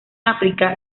áfrica